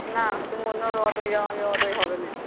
না তুমি অন্য অটোই যাও আমি অটোই হবে নি